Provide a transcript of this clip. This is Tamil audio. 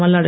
மல்லாடி